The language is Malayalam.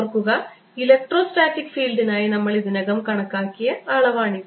ഓർക്കുക ഇലക്ട്രോ സ്റ്റാറ്റിക് ഫീൽഡിനായി നമ്മൾ ഇതിനകം കണക്കാക്കിയ അളവാണിത്